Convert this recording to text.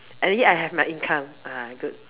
and yet I have my income ah good